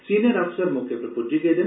senior अफसर मौके पर पुज्जी चुके दे न